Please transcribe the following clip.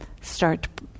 start